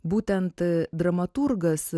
būtent dramaturgas